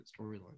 storyline